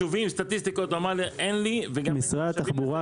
אתם משווקי הקצה שמשרתים את הלקוחות,